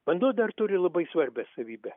vanduo dar turi labai svarbią savybę